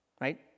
right